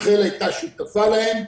רח"ל היתה שותפה להם.